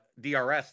DRS